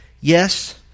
Yes